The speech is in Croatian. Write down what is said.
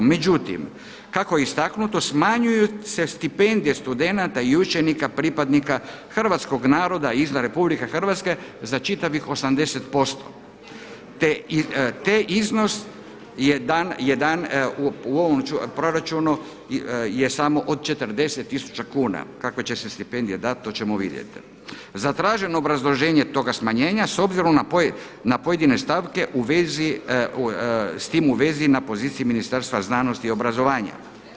Međutim kako je istaknuto smanjuju se stipendije studenata i učenika pripadnika hrvatskog naroda izvan RH za čitavih 80%, te iznos u ovom proračunu je samo od 40 tisuća kuna, kakve će se stipendije dat, to ćemo vidjeti, zatraženo obrazloženje toga smanjenja s obzirom na pojedine stavke s tim u vezi na poziciji Ministarstva znanosti i obrazovanja.